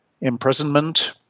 imprisonment